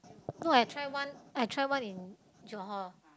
no I tried one I tried one in Johor